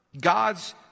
God's